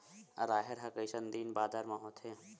राहेर ह कइसन दिन बादर म होथे?